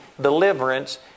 deliverance